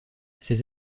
ces